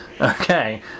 Okay